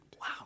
Wow